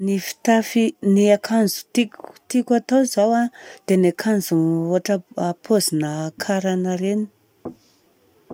Ny fitafy akanjo tiako atao zao an, dia ny akanjona ohatra ny pôzina karana reny.